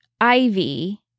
ivy